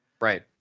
Right